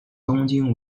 东京